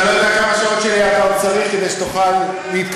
אתה לא יודע כמה שעות שלי אתה עוד צריך כדי שתוכל להתקדם.